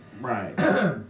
right